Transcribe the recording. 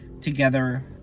together